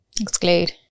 exclude